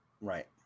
right